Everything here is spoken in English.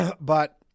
But-